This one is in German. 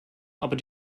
aber